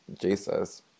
Jesus